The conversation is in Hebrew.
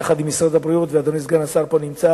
יחד עם משרד הבריאות, ואדוני סגן השר נמצא